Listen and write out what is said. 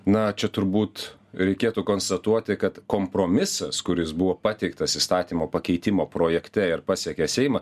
na čia turbūt reikėtų konstatuoti kad kompromisas kuris buvo pateiktas įstatymo pakeitimo projekte ir pasiekė seimą